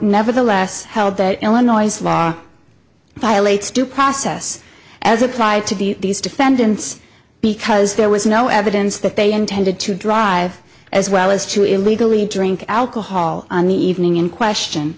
nevertheless held that illinois law violates due process as applied to these defendants because there was no evidence that they intended to drive as well as to illegally drink alcohol on the evening in question